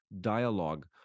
dialogue